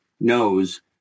knows